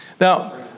now